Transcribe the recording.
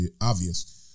obvious